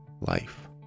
life